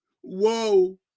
Whoa